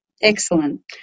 Excellent